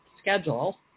schedule